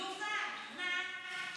יובל, מה?